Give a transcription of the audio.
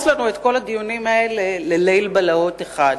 בכפייה את כל הדיונים לליל בלהות אחד.